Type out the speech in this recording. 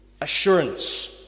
Assurance